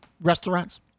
restaurants